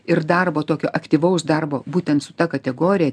ir darbo tokio aktyvaus darbo būtent su ta kategorija